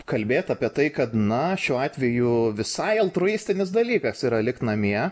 kalbėt apie tai kad na šiuo atveju visai altruistinis dalykas yra likt namie